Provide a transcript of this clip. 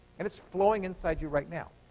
and it's flowing inside you right now.